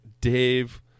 Dave